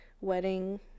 wedding